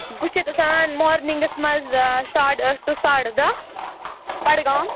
بہٕ چھَس آسان مارنِنٛگَس منٛز ساڑٕ ٲٹھ ٹُہ ساڑٕ دَہ بَڈگام